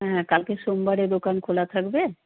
হ্যাঁ কালকে সোমবারে দোকান খোলা থাকবে